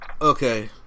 Okay